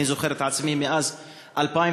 אני זוכר את עצמי מאז 2009,